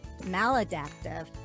maladaptive